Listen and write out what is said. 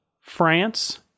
France